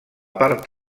part